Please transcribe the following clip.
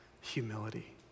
humility